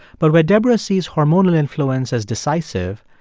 but where debra sees hormonal influence as decisive,